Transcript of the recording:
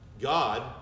God